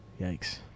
yikes